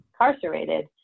incarcerated